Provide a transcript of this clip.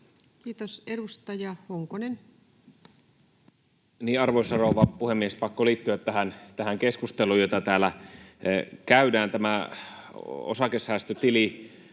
Time: 18:03 Content: Arvoisa rouva puhemies! Pakko liittyä tähän keskusteluun, jota täällä käydään. Tämä osakesäästötili